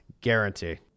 guarantee